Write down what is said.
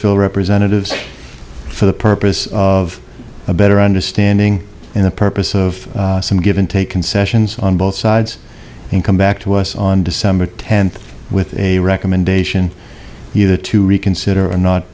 ville representatives for the purpose of a better understanding in the purpose of some give and take concessions on both sides and come back to us on december tenth with a recommendation either to reconsider and not